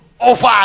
over